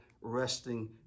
resting